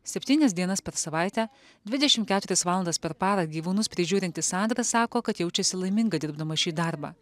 septynias dienas per savaitę dvidešim keturias valandas per parą gyvūnus prižiūrinti sandra sako kad jaučiasi laiminga dirbdama šį darbą